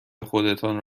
خودتان